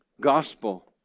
Gospel